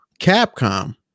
Capcom